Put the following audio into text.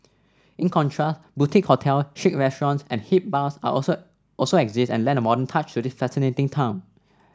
in contrast boutique hotel chic restaurants and hip bars are also also exist and lend a modern touch to this fascinating town